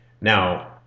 Now